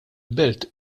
belt